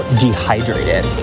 dehydrated